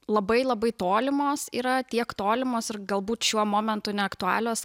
labai labai tolimos yra tiek tolimos ir galbūt šiuo momentu neaktualios